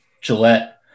Gillette